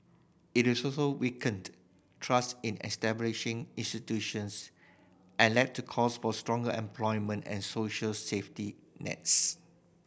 it is also weakened trust in establishing institutions and led to calls for stronger employment and social safety nets